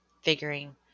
figuring